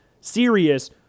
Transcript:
serious